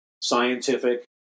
scientific